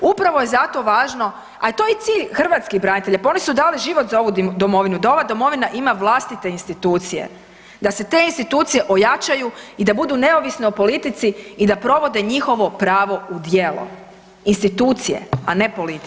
Upravo je zato važno, a to je i cilj hrvatskih branitelja pa ono su dali život za ovu domovinu, da ova domovina ima vlastite institucije, da se te institucije ojačaju i da budu neovisni o politici i da provode njihovo pravo u djelo, institucije, a ne politika.